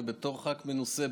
ובתור ח"כ מנוסה,